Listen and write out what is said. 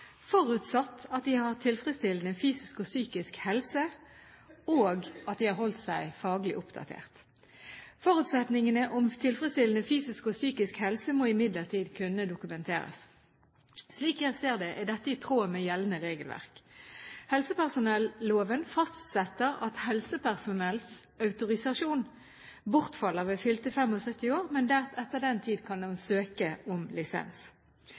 forutsatt at de har tilfredsstillende fysisk og psykisk helse, og at de har holdt seg faglig oppdatert. Forutsetningene om tilfredsstillende fysisk og psykisk helse, må imidlertid kunne dokumenteres. Slik jeg ser det, er dette i tråd med gjeldende regelverk. Helsepersonelloven fastsetter at helsepersonells autorisasjon bortfaller ved fylte 75 år, men etter den tid kan man søke om lisens.